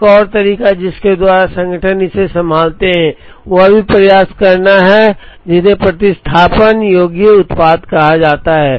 एक और तरीका है जिसके द्वारा संगठन इसे संभालते हैं यह भी प्रयास करना है और जिन्हें प्रतिस्थापन योग्य उत्पाद कहा जाता है